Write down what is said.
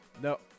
No